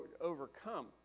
overcome